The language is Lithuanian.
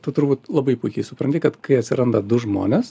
tu turbūt labai puikiai supranti kad kai atsiranda du žmonės